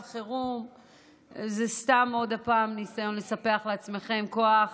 חירום זה סתם עוד פעם ניסיון לספח לעצמכם כוח